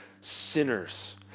sinners